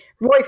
Roy